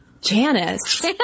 Janice